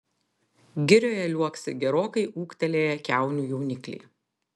girioje liuoksi gerokai ūgtelėję kiaunių jaunikliai